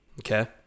Okay